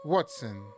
Watson